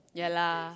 yeah lah